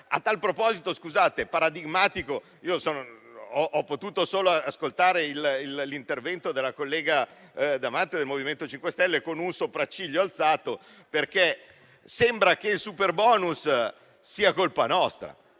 A tal proposito, porto un esempio paradigmatico. Io ho potuto solo ascoltare l'intervento della collega Damante del MoVimento 5 Stelle con un sopracciglio alzato, perché sembra che il superbonus sia colpa nostra.